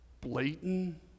Blatant